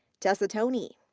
tessa toney.